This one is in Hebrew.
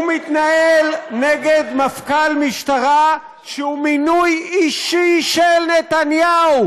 הוא מתנהל נגד מפכ"ל משטרה שהוא מינוי אישי של נתניהו.